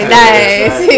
nice